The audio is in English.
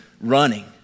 running